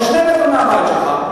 זה שני מטרים מהבית שלך,